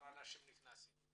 אנשים כבר נכנסים לפגישה הבאה.